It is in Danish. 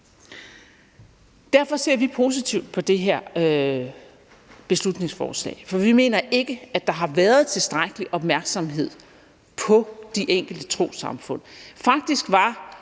Derfor ser vi positivt på det her beslutningsforslag, for vi mener ikke, at der har været tilstrækkelig opmærksomhed på de enkelte trossamfund. Faktisk var